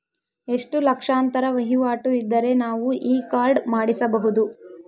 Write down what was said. ಎಷ್ಟು ಲಕ್ಷಾಂತರ ವಹಿವಾಟು ಇದ್ದರೆ ನಾವು ಈ ಕಾರ್ಡ್ ಮಾಡಿಸಬಹುದು?